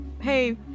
Hey